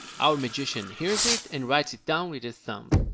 our magician hears it, and writes it down with his thump.